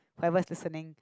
whoever's listening